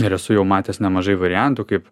ir esu jau matęs nemažai variantų kaip